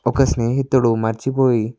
ఒక స్నేహితుడు మర్చిపోయి